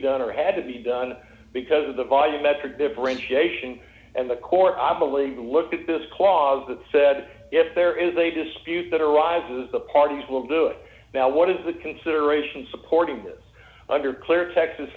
done or had to be done because of the volume metric differentiation and the court i believe looked at this clause that said if there is a dispute that arises the parties will do now what is the consideration supporting this under clear texas